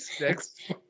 next